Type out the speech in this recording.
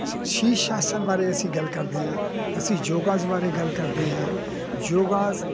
ਸ਼ੀਸ਼ ਆਸਣ ਬਾਰੇ ਅਸੀਂ ਗੱਲ ਕਰਦੇ ਹਾਂ ਅਸੀਂ ਯੋਗਾਜ਼ ਬਾਰੇ ਗੱਲ ਕਰਦੇ ਹਾਂ ਯੋਗਾਜ਼